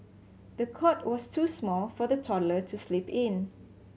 the cot was too small for the toddler to sleep in